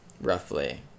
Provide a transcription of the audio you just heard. roughly